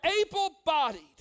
able-bodied